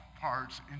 parts